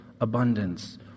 abundance